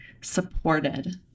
supported